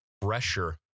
pressure